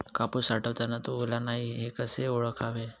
कापूस साठवताना तो ओला नाही हे कसे ओळखावे?